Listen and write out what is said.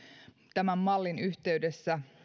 tämän mallin yhteydessä